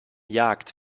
jagd